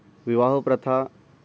विवाह प्रथा